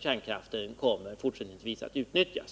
kärnkraften fortsättningsvis kommer att utnyttjas.